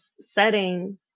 setting